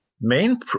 main